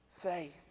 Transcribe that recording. faith